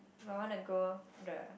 I want to go the